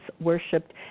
worshipped